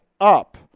up